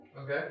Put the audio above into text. Okay